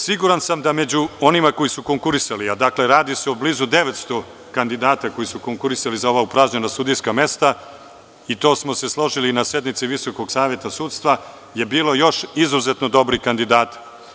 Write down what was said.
Siguran sad da među onima koji su konkurisali, a radi se o blizu 900 kandidata koji su konkurisali za ova upražnjena sudijska mesta i to smo se složili i na sednici VSS, je bilo još izuzetno dobrih kandidata.